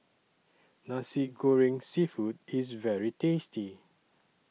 Nasi Goreng Seafood IS very tasty